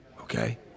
Okay